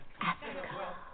Africa